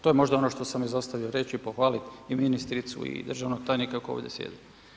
To je možda ono što sam izostavio reći i pohvaliti i ministricu i državnog tajnika koji ovdje sjede.